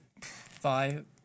Five